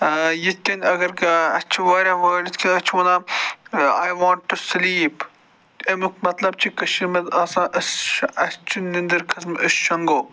یِتھ کٔنۍ اگر کانٛہہ اَسہِ چھِ وارِیاہ وٲڈ یِتھ کٔنۍ أسۍ چھِ وَنان آی وانٛٹ ٹُہ سِلیٖپ اَمیُک مطلب چھِ کٔشیٖرِ منٛز آسان أسۍ چھِ اَسہِ چھِ نِنٛدٕر کھٔژمٕژ أسۍ شۄنٛگو